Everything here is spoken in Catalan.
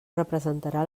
representarà